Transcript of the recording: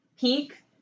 peak